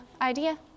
idea